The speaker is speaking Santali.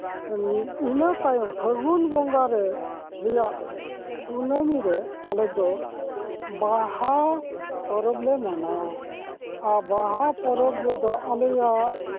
ᱤᱱᱟᱹ ᱛᱟᱭᱚᱢ ᱯᱷᱟᱹᱜᱩᱱ ᱵᱚᱸᱜᱟ ᱨᱮ ᱨᱮᱭᱟᱜ ᱠᱩᱱᱟᱹᱢᱤ ᱨᱮ ᱟᱞᱮ ᱫᱚ ᱵᱟᱦᱟ ᱯᱚᱨᱚᱵᱽ ᱞᱮ ᱢᱟᱱᱟᱣᱟ ᱟᱨ ᱵᱟᱦᱟ ᱯᱚᱨᱚᱵᱽ ᱨᱮᱫᱚ ᱟᱞᱮᱭᱟᱜ